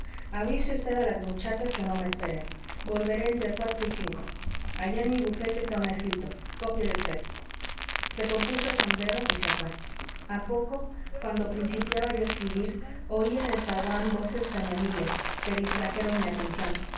avise usted a las muchachas que no me esperen volveré entre cuatro y cinco ahí en mi bufete está un escrito cópiele usted se compuso el sombrero y se fué a poco cuando principiaba yo a escribir oí en el zaguán voces femeniles que distrajeron mi atención